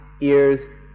ears